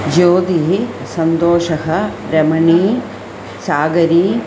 ज्योतिः सन्तोषः रमणी सागरी